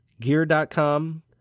gear.com